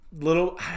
little